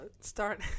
start